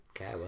Okay